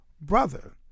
brother